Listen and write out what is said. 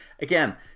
again